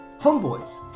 Homeboys